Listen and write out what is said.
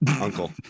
uncle